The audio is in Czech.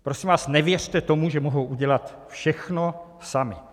Prosím vás, nevěřte tomu, že mohou udělat všechno sami.